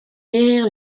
guérir